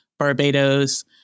Barbados